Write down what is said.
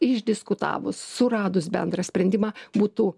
išdiskutavus suradus bendrą sprendimą būtų